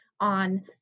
on